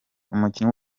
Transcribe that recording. umukinnyi